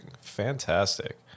Fantastic